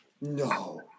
No